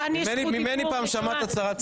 ממני פעם שמעת הצהרת פתיחה?